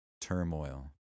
turmoil